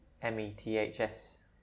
M-E-T-H-S